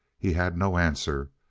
he had no answer,